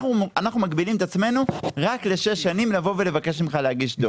אנחנו מגבילים את עצמנו רק לשש שנים לבקש ממך להגיש דוח.